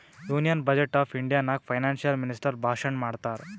union budget of India ನಾಗ್ financial minister ಭಾಷಣ್ ಮಾಡ್ತಾರ್